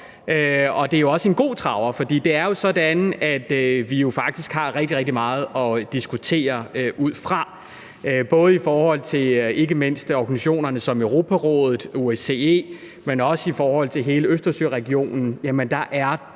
det er jo sådan, at vi faktisk har rigtig, rigtig meget at diskutere ud fra, ikke mindst i forhold til organisationer som Europarådet, OSCE, men også i forhold til hele Østersøregionen,